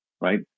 right